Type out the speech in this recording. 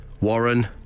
Warren